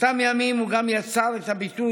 באותם ימים הוא גם יצר את הביטוי